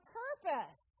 purpose